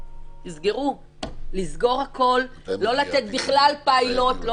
8(1); המחזיק או המפעיל של השוק ינחה את עובדיו ואת